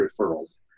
referrals